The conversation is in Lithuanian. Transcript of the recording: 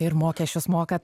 ir mokesčius mokate